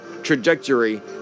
Trajectory